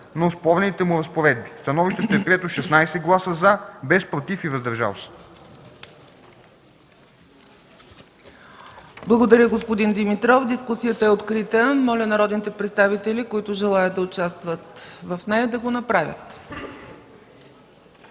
на оспорените му разпоредби. Становището е прието с 16 гласа „за”, без „против” и „въздържал се”.” ПРЕДСЕДАТЕЛ ЦЕЦКА ЦАЧЕВА: Благодаря, господин Димитров. Дискусията е открита. Моля народните представители, които желаят да участват в нея, да го направят.